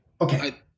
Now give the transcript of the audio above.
Okay